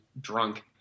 drunk